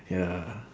ya